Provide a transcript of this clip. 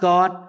God